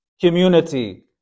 community